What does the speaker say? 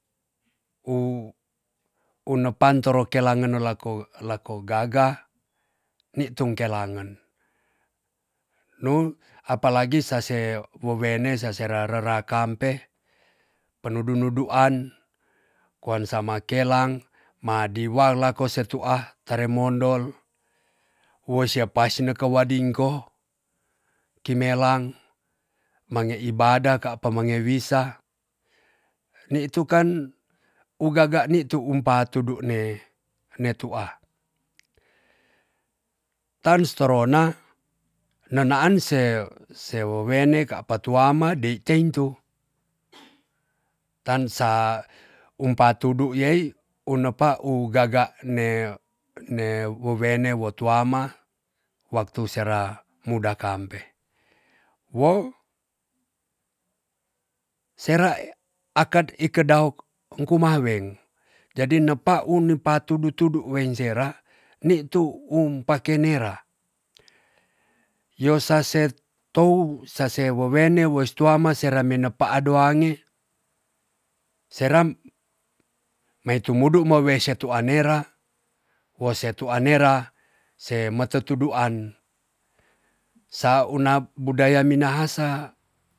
U u nepan toro kelange no lako lako gaga nitung kelangen nu apalagi sa se wowene sase rare ra kampe penudu nuduan koan sama kelang ma diwang lako se tua tare mondol wo sya pasi neke wading ko kimelang mange ibadah kapa mange wisa nitu kan u gaga nitu um patudu ne ne tua. tan sitorona nenaan se. se wowene kapa tuama dei teintu tansa umpa tudu iyai unepa u gaga ne ne wowene wo tuama waktu sera muda kampe wo sera akad ikedaok ung kumaweng jadi nepa un ne patudu tudu wein sera nitu um pake nera yo saset tou sa se wowene wo si tuama sera menda pa ado ange sera mei tumudu ma wei se tua nera wo se tua nera se metetu duan sa una budaya minahasa